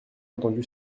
entendu